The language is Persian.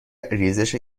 ریزش